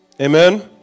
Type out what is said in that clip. Amen